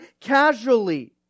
casually